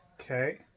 Okay